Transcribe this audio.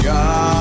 God